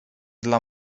dla